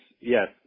yes